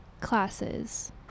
classes